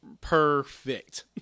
Perfect